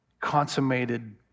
consummated